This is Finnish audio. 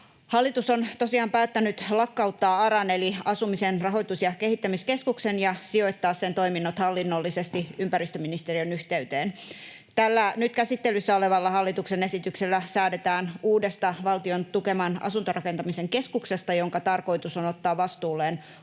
Hallitus on tosiaan päättänyt lakkauttaa ARAn eli Asumisen rahoitus- ja kehittämiskeskuksen ja sijoittaa sen toiminnot hallinnollisesti ympäristöministeriön yhteyteen. Tällä nyt käsittelyssä olevalla hallituksen esityksellä säädetään uudesta Valtion tukeman asuntorakentamisen keskuksesta, jonka tarkoitus on ottaa vastuulleen ARAn